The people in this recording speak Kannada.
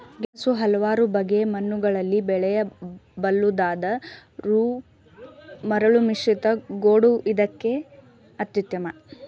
ಗೆಣಸು ಹಲವಾರು ಬಗೆ ಮಣ್ಣುಗಳಲ್ಲಿ ಬೆಳೆಯಬಲ್ಲುದಾದರೂ ಮರಳುಮಿಶ್ರಿತ ಗೋಡು ಇದಕ್ಕೆ ಅತ್ಯುತ್ತಮ